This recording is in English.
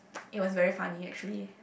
it was very funny actually